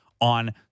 on